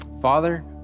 Father